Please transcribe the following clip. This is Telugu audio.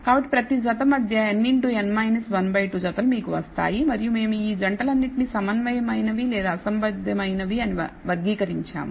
కాబట్టి ప్రతి జత మధ్య n2 జతలు మీకు వస్తాయి మరియు మేము ఈ జంటలన్నింటినీ సమన్వయమైనవి లేదా అసంబద్ధమైనవి అని వర్గీకరించాము